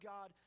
God